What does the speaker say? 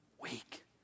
Weak